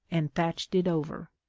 and thatched it over.